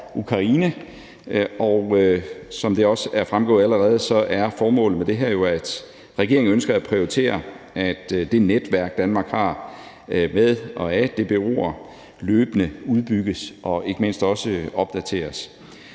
Ukraine. Som det også allerede er fremgået, er formålet med det her jo, at regeringen ønsker at prioritere, at det netværk, Danmark har med DBO'er, løbende udbygges og ikke mindst også opdateres.